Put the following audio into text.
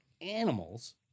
animals